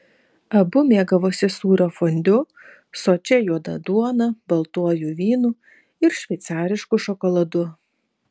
abu mėgavosi sūrio fondiu sočia juoda duona baltuoju vynu ir šveicarišku šokoladu